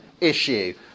issue